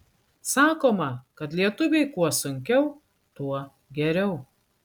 sakoma kad lietuviui kuo sunkiau tuo geriau